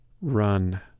Run